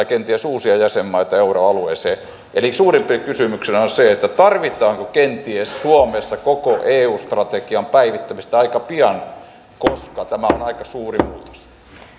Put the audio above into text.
kenties uusia jäsenmaita euroalueeseen eli suurimpana kysymyksenä on se tarvitaanko kenties suomessa koko eu strategian päivittämistä aika pian koska tämä on aika suuri muutos